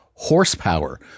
horsepower